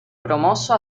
promosso